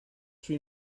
sua